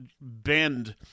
bend